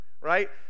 right